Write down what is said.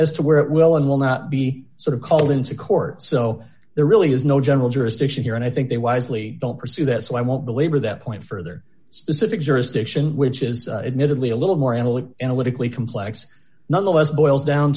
as to where it will and will not be sort of called into court so there really is no general jurisdiction here and i think they wisely will pursue that so i won't belabor that point further specific jurisdiction which is admittedly a little more analytic analytically complex nonetheless boils down